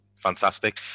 fantastic